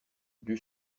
dut